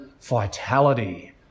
vitality